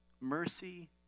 mercy